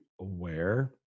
aware